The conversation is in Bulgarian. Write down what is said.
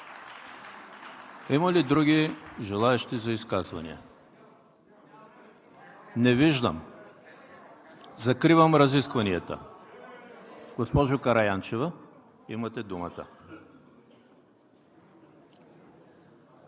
Има ли други желаещи за изказвания? Не виждам. Закривам разискванията. Госпожо Караянчева, имате думата.